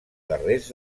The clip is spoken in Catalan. guerrers